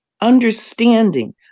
Understanding